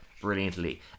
brilliantly